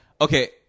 Okay